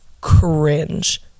cringe